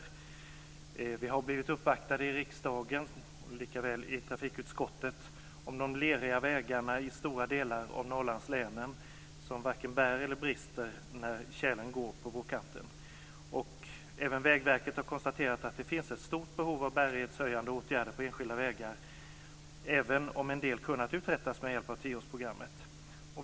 Vi har blivit uppvaktade i riksdagen och i trafikutskottet om de leriga vägarna i stora delar av Norrlandslänen som varken bär eller brister när tjälen går på vårkanten. Även Vägverket har konstaterat att det finns ett stort behov av bärighetshöjande åtgärder på enskilda vägar även om en del kunnat uträttas med hjälp av tioårsprogrammet.